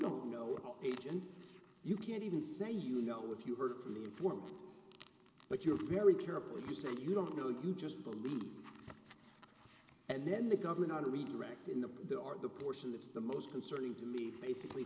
don't know agent you can't even say you know if you heard from the informant that you're very careful you said you don't know you just believe and then the government ought to redirect in the the are the portion that's the most concerning to me basically